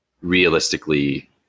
realistically